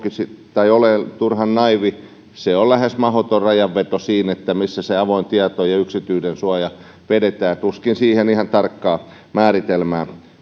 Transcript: ole turhan naiivi se on lähes mahdoton rajanveto mihin se avoimen tiedon ja yksityisyyden suojan raja vedetään ja tuskin siihen ihan tarkkaa määritelmää